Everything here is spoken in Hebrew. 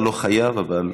אתה לא חייב, אבל